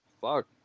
Fuck